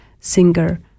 singer